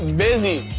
ah busy!